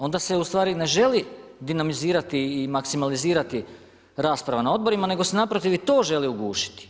Onda se ustvari ne želi dinamizirati i maksimalizirati rasprava na odborima, nego se naprotiv i to želi ugušiti.